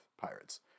pirates